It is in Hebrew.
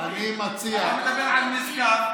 אתה מדבר על משגב,